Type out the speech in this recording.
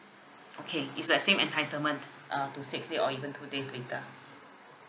okay it's like same entitlement err to six day or even two days later